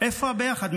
איפה הביחד?